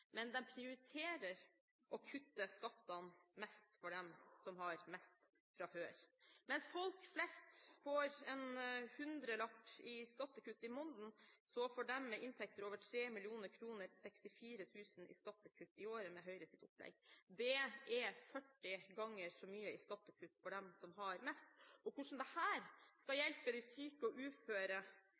men de prioriterer å kutte skattene mest for dem som har mest fra før. Mens folk flest får en hundrelapp i skattekutt i måneden, får de med inntekter over 3 mill. kr 64 000 kr i skattekutt i året med Høyres opplegg. Det er 40 ganger så mye i skattekutt for dem som har mest. Hvordan dette skal hjelpe de syke og uføre